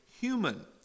human